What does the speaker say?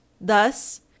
thus